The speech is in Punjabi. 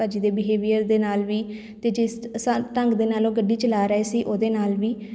ਭਾਅ ਜੀ ਦੇ ਬਿਹੇਵੀਅਰ ਦੇ ਨਾਲ ਵੀ ਅਤੇ ਜਿਸ ਅਸਾ ਢੰਗ ਦੇ ਨਾਲ ਉਹ ਗੱਡੀ ਚਲਾ ਰਹੇ ਸੀ ਉਹਦੇ ਨਾਲ ਵੀ